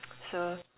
so